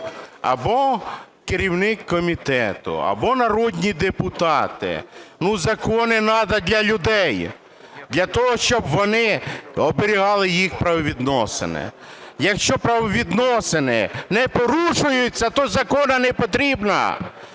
або керівник комітету, або народні депутати. Ну, закони надо для людей, для того, щоб вони оберігали їх правовідносини. Якщо правовідносини не порушуються, то закону не потрібно.